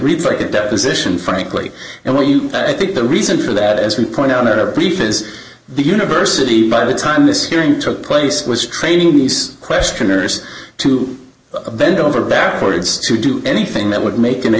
reads like a deposition frankly and where you i think the reason for that as we point out at a briefing is the university by the time this hearing took place was training these questionnaires to bend over backwards to do anything that would make